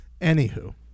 anywho